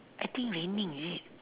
I think raining is it